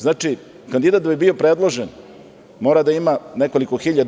Znači, kandidat da bi bio predložen mora da ima nekoliko hiljada.